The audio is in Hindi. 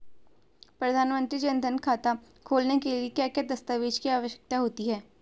प्रधानमंत्री जन धन खाता खोलने के लिए क्या क्या दस्तावेज़ की आवश्यकता होती है?